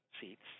seats